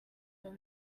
than